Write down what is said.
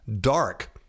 dark